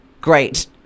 Great